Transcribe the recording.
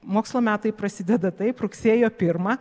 mokslo metai prasideda taip rugsėjo pirmą